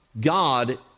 God